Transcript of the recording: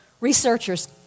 Researchers